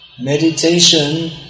Meditation